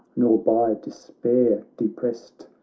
nor by despair deprest.